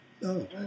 No